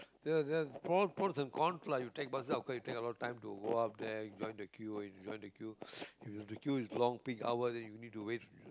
the the pro pro and cons lah you take bus of course you take a lot of time to go up there join the queue join the queue you if the queue is long peak hour then you need to wait